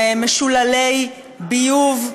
שהם משוללי ביוב.